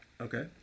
Okay